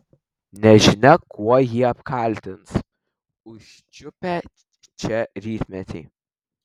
nežinia kuo jį apkaltins užčiupę čia rytmetį